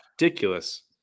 ridiculous